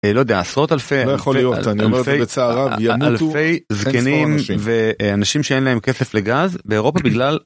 לא יודע עשרות אלפי, אלפי זקנים ואנשים שאין להם כסף לגז באירופה בגלל